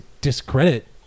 discredit